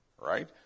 right